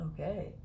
okay